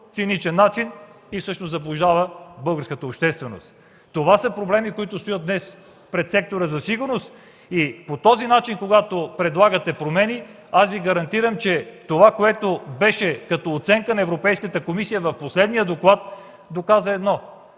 циничен начин и всъщност заблуждава българската общественост? Това са проблеми, които стоят днес пред сектора за сигурност. По този начин, когато предлагате промени, гарантирам Ви, че това, което беше като оценка на Европейската комисия в последния доклад, доказа едно